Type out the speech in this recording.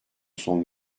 son